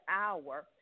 hour